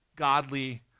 godly